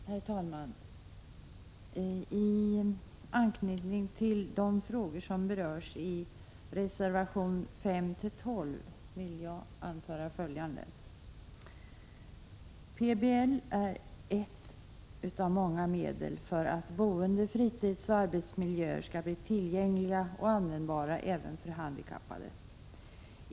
Herr talman! I anslutning till de frågor som berörs i reservationerna 5-12 vill jag anföra följande. PBL är ett av många medel för att boende-, fritidsoch arbetsmiljön skall bli tillgänglig och användbar även för handikappade.